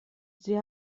sie